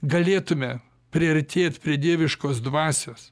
galėtume priartėt prie dieviškos dvasios